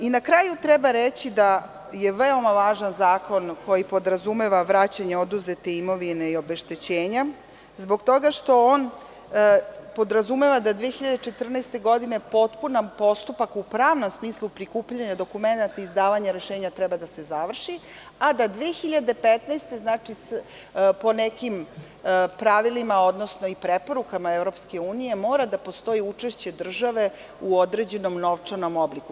Na kraju treba reći da je veoma važan zakon koji podrazumeva vraćanje oduzete imovine i obeštećenja, zbog toga što on podrazumeva da 2014. godine potpuni postupak u pravnom smislu prikupljanja dokumenata i izdavanja rešenja treba da se završi, a da 2015. godine, po nekim pravilima i preporukama EU, mora da postoji učešće države u određenom novčanom obliku.